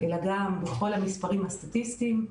אלא גם בכל המספרים הסטטיסטיים,